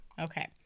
Okay